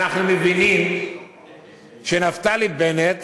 אנחנו מבינים שנפתלי בנט